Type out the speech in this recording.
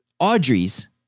Audrey's